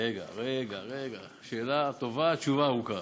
רגע, רגע, רגע, שאלה טובה, תשובה ארוכה.